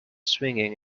swinging